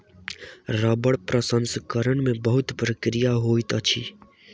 रबड़ प्रसंस्करण के बहुत प्रक्रिया होइत अछि